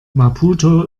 maputo